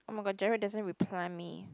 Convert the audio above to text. oh-my-god Gerald doesn't reply me